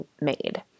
made